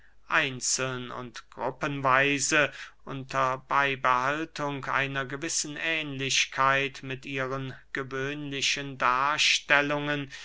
einzeln und gruppenweise unter beybehaltung einer gewissen ähnlichkeit mit ihren gewöhnlichen darstellungen